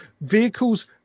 vehicles